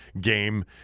game